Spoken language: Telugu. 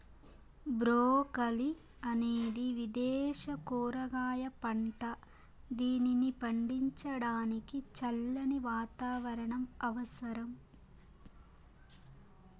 బ్రోకలి అనేది విదేశ కూరగాయ పంట, దీనిని పండించడానికి చల్లని వాతావరణం అవసరం